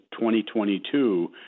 2022